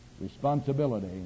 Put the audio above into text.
responsibility